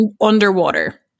underwater